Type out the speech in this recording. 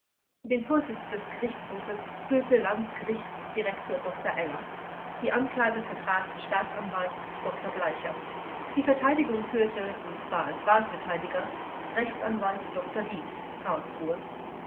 den vorsitz des gerichtshofes führte landgerichtsdirektor dr eller die anklage vertrat staatsanwalt anwalt dr bleicher die verteidigung führte und zwar als wahlverteidiger rechtsanwalt dr dietz karlsruhe